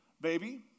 Baby